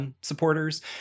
supporters